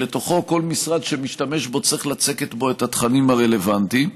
ולתוכו כל משרד שמשתמש בו צריך לצקת את התכנים הרלוונטיים.